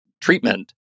treatment